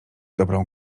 dobrą